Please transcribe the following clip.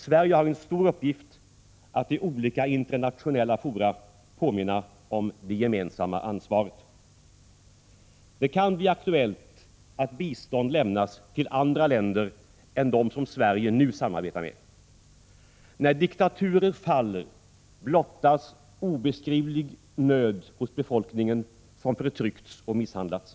Sverige har en stor uppgift i olika internationella fora att påminna om det gemensamma ansvaret. Det kan bli aktuellt att bistånd lämnas till andra länder än de som Sverige nu samarbetar med. När diktaturer faller blottas en obeskrivlig nöd hos befolkningen, som förtryckts och misshandlats.